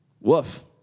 Woof